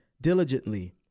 diligently